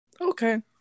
Okay